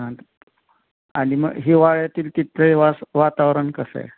हा आणि मग हिवाळ्यातील तिथले वास वातावरण कसं आहे